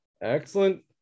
Excellent